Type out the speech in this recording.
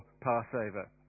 Passover